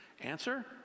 Answer